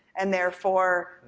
and therefore,